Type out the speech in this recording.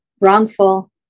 wrongful